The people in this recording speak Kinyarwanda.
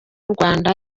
rwanda